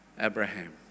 Abraham